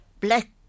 black